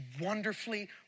wonderfully